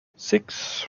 six